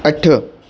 अठ